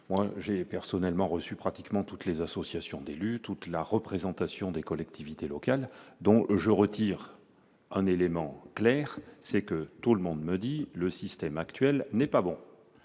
moi j'ai personnellement reçu pratiquement toutes les associations d'élus toute la représentation des collectivités locales, donc je retire un élément clair c'est que tout le monde me dit le système actuel n'est pas bon